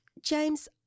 James